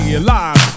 alive